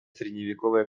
средневековая